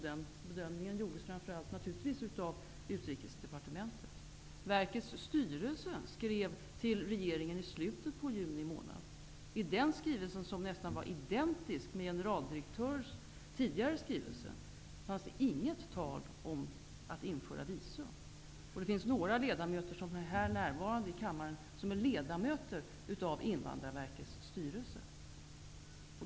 Den bedömningen gjordes naturligtvis framför allt av Utrikesdepartementet. Verkets styrelse skrev till regeringen i slutet av juni månad. I den skrivelsen, som var nästan identisk med generaldirektörens tidigare skrivelse, fanns det inget tal om att införa visum. Några av de ledamöter som är här närvarande i kammaren är ledamöter av Invandrarverkets styrelse.